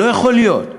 לא יכול להיות.